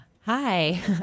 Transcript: Hi